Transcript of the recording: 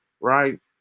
right